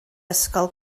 ysgol